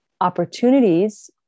opportunities